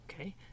Okay